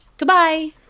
Goodbye